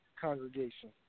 congregation